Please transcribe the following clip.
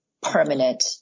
permanent